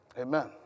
Amen